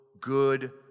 good